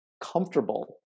comfortable